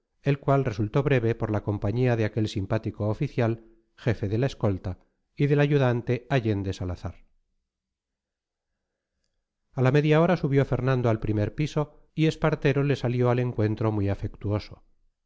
el cual resultó breve por la compañía de aquel simpático oficial jefe de la escolta y del ayudante allende salazar a la media hora subió fernando al primer piso y espartero le salió al encuentro muy afectuoso